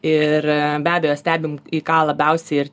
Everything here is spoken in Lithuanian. ir be abejo stebim į ką labiausiai ir